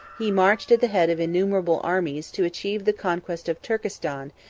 he marched at the head of innumerable armies to achieve the conquest of turkestan,